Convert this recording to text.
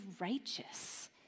righteous